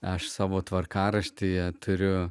aš savo tvarkaraštyje turiu